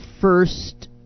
first